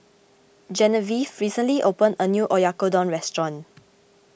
Genevieve recently opened a new Oyakodon restaurant